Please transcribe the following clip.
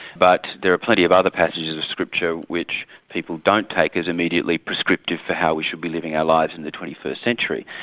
but there are plenty of other passages of scripture which people don't take as immediately prescriptive for how we should be living our lives in the twenty first century.